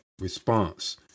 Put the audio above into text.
response